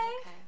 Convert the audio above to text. okay